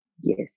Yes